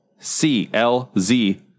CLZ